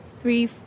three